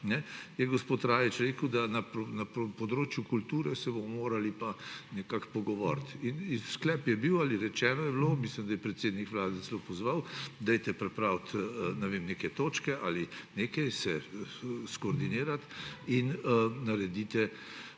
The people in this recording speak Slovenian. gospod Rajić rekel, da se bomo na področju kulture morali pa nekako pogovoriti. Sklep je bil ali rečeno je bilo, mislim, da je predsednik Vlade celo pozval, dajte pripraviti neke točke, se skoordinirati in razčistimo